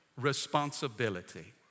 responsibility